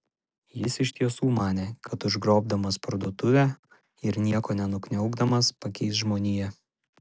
jis iš tiesų manė kad užgrobdamas parduotuvę ir nieko nenukniaukdamas pakeis žmoniją